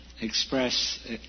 express